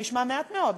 זה נשמע מעט מאוד,